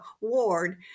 ward